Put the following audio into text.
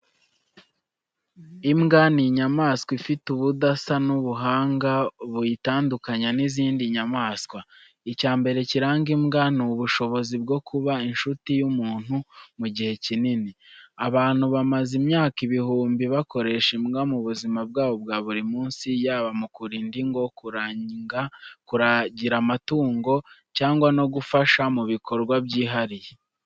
Imbwa ni inyamaswa ifite ubudasa n’ubuhanga buyitandukanya n’izindi nyamaswa. Icya mbere kiranga imbwa ni ubushobozi bwo kuba inshuti y’umuntu mu gihe kinini. Abantu bamaze imyaka ibihumbi bakoresha imbwa mu buzima bwabo bwa buri munsi, yaba mu kurinda ingo, kuragira amatungo, cyangwa no gufasha mu bikorwa byihariye.